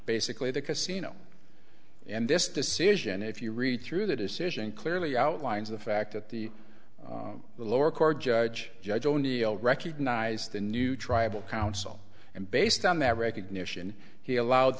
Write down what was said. basically the casino and this decision if you read through the decision clearly outlines the fact that the lower court judge judge o'neil recognized the new tribal council and based on that recognition he allowed